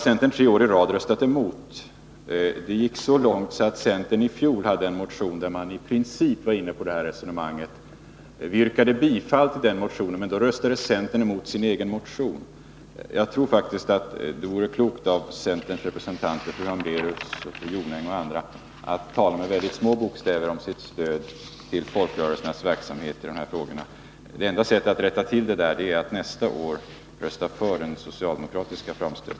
Det gick så långt att centerni fjol väckte en motion, där man i princip var inne på detta resonemang — en motion som vi yrkade bifall till men som centern röstade emot. Det vore klokt av centerns representanter, fru Hambraeus, fru Jonäng och andra, att tala med mycket små bokstäver om sitt stöd till folkrörelsernas verksamhet i de här frågorna. Det enda sättet att rätta till det hela är att nästa år rösta för en socialdemokratisk framstöt.